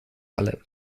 alle